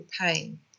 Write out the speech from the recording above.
pain